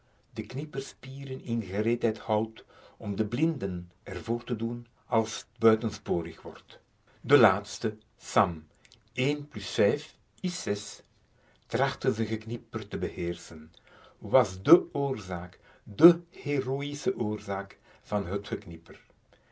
de knipper spieren in gereedheid houdt om de blinden er voor te doen als t buitensporig wordt de laatste sam een plus vijf is zes trachtte z'n geknipper te beheerschen was de oorzaak de heroische oorzaak van